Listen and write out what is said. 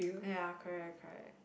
ya correct correct